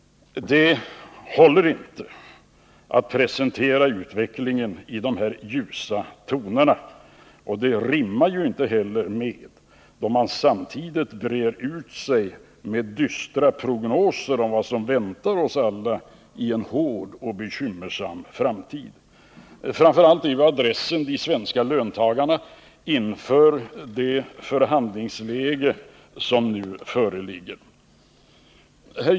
Det håller inte att presentera utvecklingen i dessa ljusa toner, och det rimmar inte heller med att man samtidigt brer ut sig i dystra prognoser om vad som väntar oss alla i en hård och bekymmersam framtid. Framför allt är adressen de svenska löntagarna inför de förhandlingar som nu stundar.